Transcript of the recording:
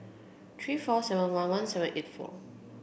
three four seven one one seven eight four